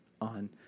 on